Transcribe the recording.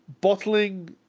bottling